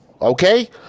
Okay